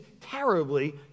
terribly